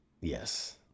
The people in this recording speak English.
Yes